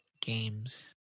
games